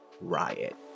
riot